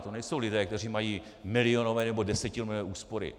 To nejsou lidé, kteří mají milionové nebo desetimilionové úspory.